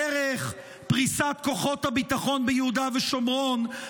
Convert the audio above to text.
דרך פריסת כוחות הביטחון ביהודה ושומרון,